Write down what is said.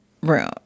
room